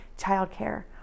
childcare